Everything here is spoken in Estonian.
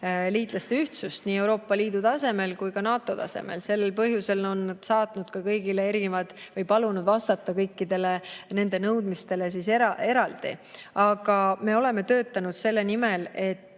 liitlaste ühtsus nii Euroopa Liidu tasandil kui ka NATO tasandil. Sel põhjusel on nad [esitanud] kõigile erinevad nõudmised või palunud vastata kõikidele nende nõudmistele eraldi. Aga me oleme töötanud selle nimel, et